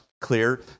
clear